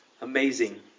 amazing